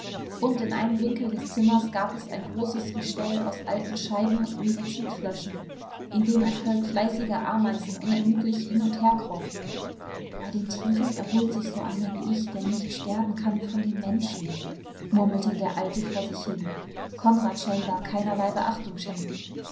und in einem winkel des zimmers gab es ein großes gestell aus alten scheiben und medizinflaschen in dem ein volk fleißiger ameisen unermüdlich hin und her kroch bei den tieren erholt sich so einer wie ich der nicht sterben kann von den menschen murmelte der alte vor sich hin konrad scheinbar keinerlei beachtung schenkend